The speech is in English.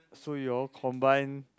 so you all combine